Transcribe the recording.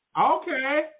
Okay